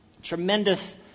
Tremendous